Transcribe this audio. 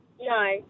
No